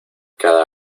cada